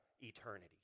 eternity